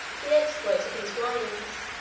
the exploits of these warriors,